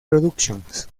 productions